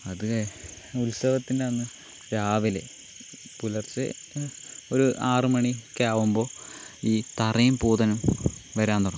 അത് ഉത്സവത്തിൻ്റെ അന്ന് രാവിലെ പുലർച്ചെ ഒരു ആറ് മണിയൊക്കെ ആകുമ്പോൾ ഈ തറയും പൂതനും വരാൻ തുടങ്ങും